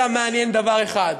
אותם מעניין דבר אחד,